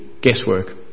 guesswork